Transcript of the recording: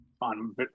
on